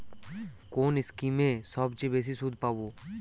কোন স্কিমে সবচেয়ে বেশি সুদ পাব?